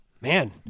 Man